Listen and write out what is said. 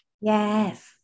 Yes